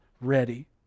ready